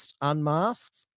unmasked